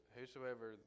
Whosoever